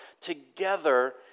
together